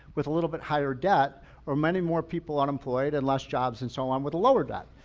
with a little bit higher debt or many more people unemployed and less jobs and so on with lower debt.